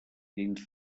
dins